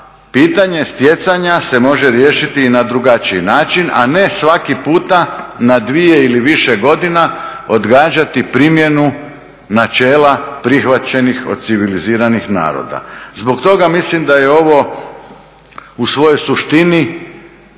Pitanje stjecanja se može riješiti i na drugačiji način, a ne svaki puta na dvije ili više godina odgađati primjenu načela prihvaćenih od civiliziranih naroda. Zbog toga mislim da je ovo u svojoj suštini